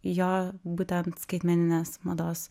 jo būtent skaitmeninės mados